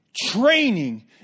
training